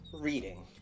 reading